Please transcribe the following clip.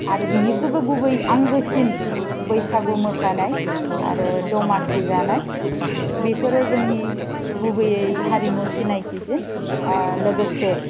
आरो बिनिख्रुइबो गुबै आंगोसिन बैसागु मोसानाय आरो दमासि जानाय बेफोरो जोंनि गुबैयै हारिमु सिनायथिसिन लोगोसे